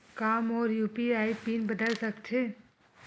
का मोर UPI PIN बदल सकथे?